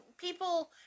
people